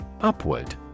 Upward